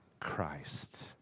Christ